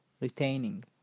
retaining